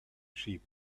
sheep